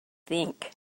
think